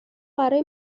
برای